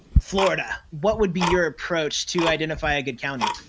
florida, what would be your approach to identify a good county?